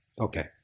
Okay